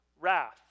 wrath